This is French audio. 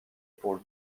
pour